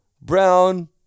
brown